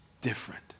Different